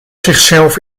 zichzelf